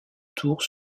tour